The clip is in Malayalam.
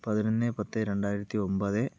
പതിനൊന്ന് പത്ത് രണ്ടായിരത്തി ഒൻപത്